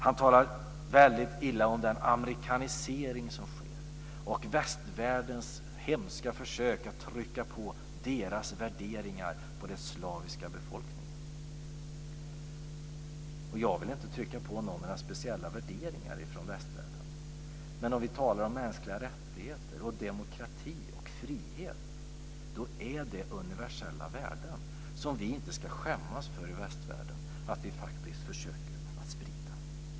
Han talar väldigt illa om den amerikanisering som sker och om västvärldens hemska försök att trycka sina värderingar på den slaviska befolkningen. Jag vill inte trycka på någon några speciella värderingar från västvärlden. Men om vi talar om mänskliga rättigheter, demokrati och frihet är det universella värden som vi inte ska skämmas för att vi faktiskt försöker sprida i västvärlden.